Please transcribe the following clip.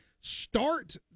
start